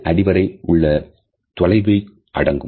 2 வரை உள்ள தொலைவு வரை அடங்கும்